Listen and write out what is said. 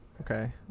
Okay